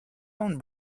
own